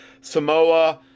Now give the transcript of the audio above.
Samoa